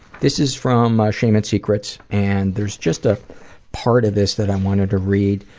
this is from shame and secrets, and there's just a part of this that i wanted to read.